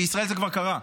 בישראל זה כבר קרה.